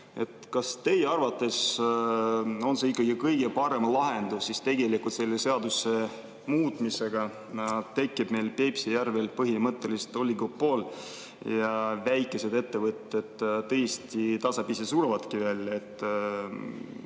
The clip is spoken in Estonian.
teie arvates on see kõige parem lahendus? Tegelikult selle seaduse muutmisega tekib meil Peipsi järvel põhimõtteliselt oligopol ja väikesed ettevõtted tasapisi surevadki välja.